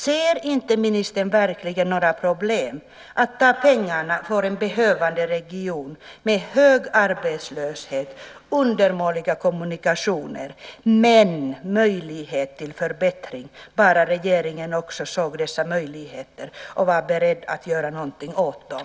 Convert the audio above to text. Ser verkligen inte ministern några problem med att ta pengarna från en behövande region med hög arbetslöshet, undermåliga kommunikationer men med möjlighet till förbättring bara regeringen också såg dessa möjligheter och var beredd att göra någonting åt dem?